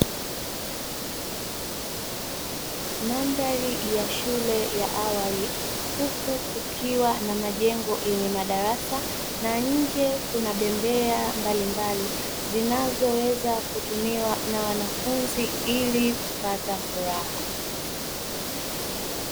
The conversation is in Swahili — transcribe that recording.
Mandhari ya shule ya awali, huku ukiwa na majengo yenye madarasa na nje kuna bembea mbalimbali zinazoweza kutumiwa na wanafunzi ili kupata furaha.